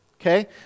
Okay